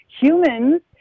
Humans